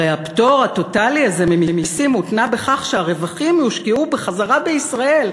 הרי הפטור הטוטלי הזה ממסים הותנה בכך שהרווחים יושקעו בחזרה בישראל.